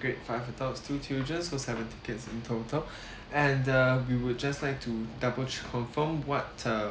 great five adults two children so seven tickets in total and uh we would just like to double confirm what uh